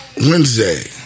Wednesday